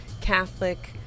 Catholic